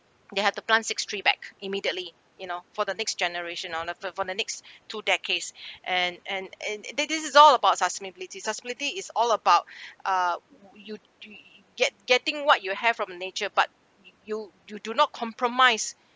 they have to plant six tree back immediately you know for the next generation on uh for for the next two decades and and and this this is all about sustainability sustainability is all about uh you get~ getting what you have from nature but you you do do not compromise